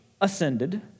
ascended